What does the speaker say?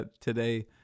today